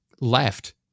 left